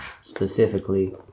specifically